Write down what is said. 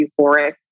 euphoric